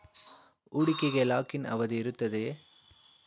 ಹೂಡಿಕೆಗೆ lock in ಅವಧಿ ಇರುತ್ತದೆಯೇ?